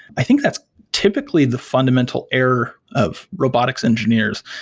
i think that's typically the fundamental error of robotics engineers,